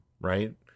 right